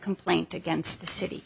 complaint against the city